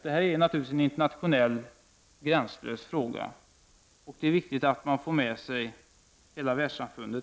Det här är naturligtvis en internationell, gränslös, fråga. Det är därför viktigt att vi får med oss hela världssamfundet.